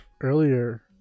earlier